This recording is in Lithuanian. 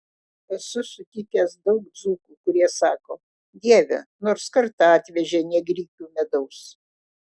esu sutikęs daug dzūkų kurie sako dieve nors kartą atvežė ne grikių medaus